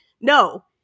no